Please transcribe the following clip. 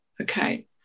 Okay